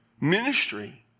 Ministry